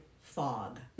fog